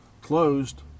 Closed